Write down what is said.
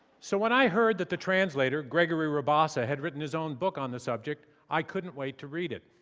so when i heard that the translator, gregory rabassa, had written his own book on the subject, i couldn't wait to read it.